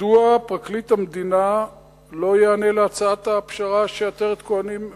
מדוע לא ייענה פרקליט המדינה להצעת הפשרה ש"עטרת כוהנים" מציעה,